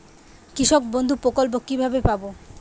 কৃষকবন্ধু প্রকল্প কিভাবে পাব?